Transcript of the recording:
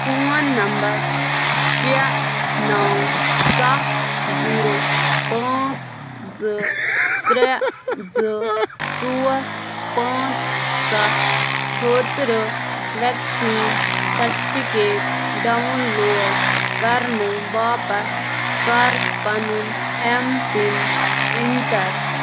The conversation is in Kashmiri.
فون نمبر شےٚ نو سَتھ زیٖرو پانٛژھ زٕ ترے زٕ ژور پاںٛژھ سَتھ خٲطرٕ ویکسیٖن سرٹِفیکیٹ ڈاوُن لوڈ کرنہٕ باپتھ کر پَنُن ایم پِن اٮ۪نٹر